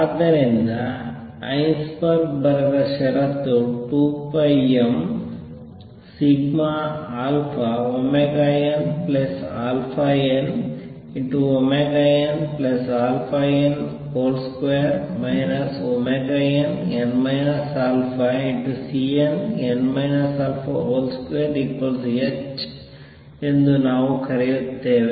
ಆದ್ದರಿಂದ ಹೈಸೆನ್ಬರ್ಗ್ ಬರೆದ ಷರತ್ತು 2 m nαn|nαn|2 nn α|Cnn α |2h ಎಂದು ನಾವು ಕರೆಯುತ್ತೇವೆ